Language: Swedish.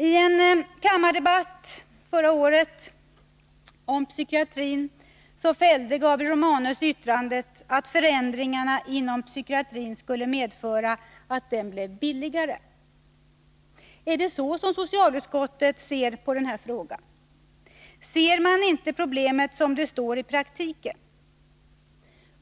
I en kammardebatt förra året om psykiatrin fällde Gabriel Romanus yttrandet, att förändringarna inom psykiatrin skulle medföra att den blev billigare. Är det så socialutskottet ser på den här frågan? Ser man inte problemet som det framstår i praktiken?